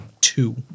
Two